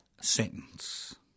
sentence